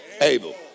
able